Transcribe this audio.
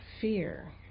fear